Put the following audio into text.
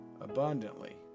abundantly